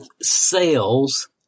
sales